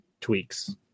tweaks